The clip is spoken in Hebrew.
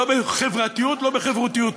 לא בחברתיות ולא בחברותיות,